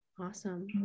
Awesome